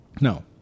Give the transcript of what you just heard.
No